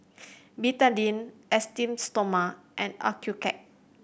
Betadine Esteem Stoma and Accucheck